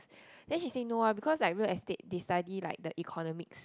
then she say no ah because like real estate they study like the economics